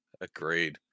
agreed